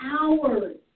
hours